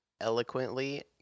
eloquently